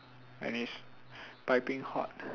and it's piping hot